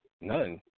none